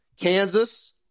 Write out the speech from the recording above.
Kansas